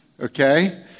Okay